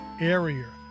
area